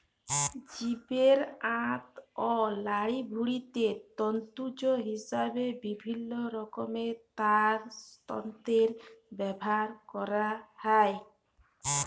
জীবের আঁত অ লাড়িভুঁড়িকে তল্তু হিসাবে বিভিল্ল্য রকমের তার যল্তরে ব্যাভার ক্যরা হ্যয়